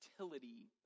utility